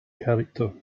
character